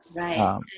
right